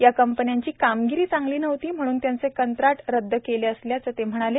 या कंपन्यांचा कामगिरी चांगली नव्हती म्हणून त्यांचं कंत्राट रद्द केल्याचं असं ते म्हणाले